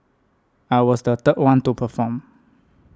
I was the third one to perform